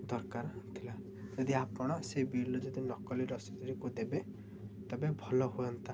ଦରକାର ଥିଲା ଯଦି ଆପଣ ସେ ବିଲ୍ରୁ ଯଦି ନକଲି ରସିଦରିକୁ ଦେବେ ତେବେ ଭଲ ହୁଅନ୍ତା